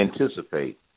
anticipate